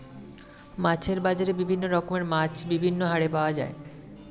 মাছের বাজারে বিভিন্ন রকমের মাছ বিভিন্ন হারে পাওয়া যায়